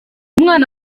mwana